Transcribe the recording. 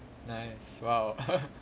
nice !wow!